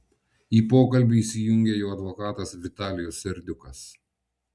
į pokalbį įsijungė jo advokatas vitalijus serdiukas